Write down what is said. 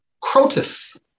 Crotus